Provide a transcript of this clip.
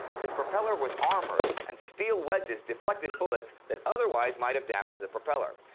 his propeller was armored and steel wedges deflected bullets that otherwise might have damaged the propeller.